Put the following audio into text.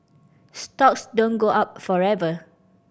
stocks don't go up forever